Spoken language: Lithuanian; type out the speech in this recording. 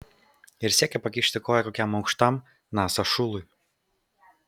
ir siekia pakišti koją kokiam aukštam nasa šului